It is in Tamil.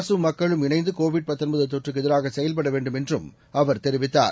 அரசும் மக்களும் இணைந்தகோவிட் தொற்றுக்குஎதிராகசெயல்படவேண்டும் என்றுஅவர் தெரிவித்தார்